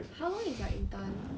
how long is your intern